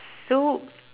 so